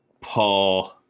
Paul